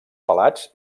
pelats